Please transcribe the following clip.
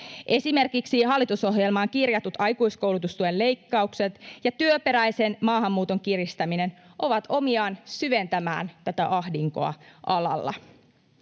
Esimerkiksi hallitusohjelmaan kirjatut aikuiskoulutustuen leikkaukset ja työperäisen maahanmuuton kiristäminen ovat omiaan syventämään tätä ahdinkoa alalla.